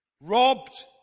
robbed